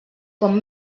com